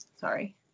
Sorry